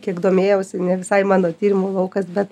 kiek domėjausi ne visai mano tyrimų laukas bet